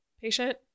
patient